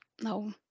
no